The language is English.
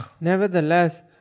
Nevertheless